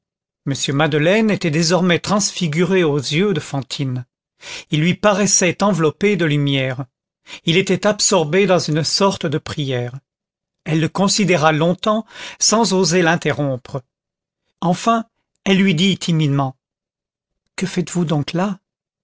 m madeleine était désormais transfiguré aux yeux de fantine il lui paraissait enveloppé de lumière il était absorbé dans une sorte de prière elle le considéra longtemps sans oser l'interrompre enfin elle lui dit timidement que faites-vous donc là